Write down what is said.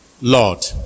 Lord